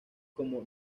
como